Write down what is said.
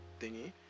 thingy